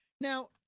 Now